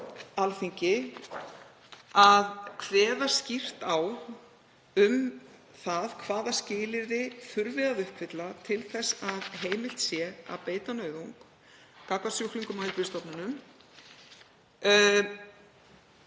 Alþingi að kveða skýrt á um það hvaða skilyrði þurfi að uppfylla til þess að heimilt sé að beita nauðung gagnvart sjúklingum á heilbrigðisstofnunum;